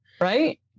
Right